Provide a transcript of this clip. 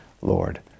Lord